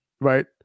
Right